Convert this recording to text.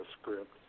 script